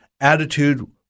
Attitude